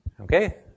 Okay